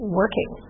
working